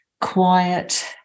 quiet